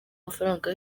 mafaranga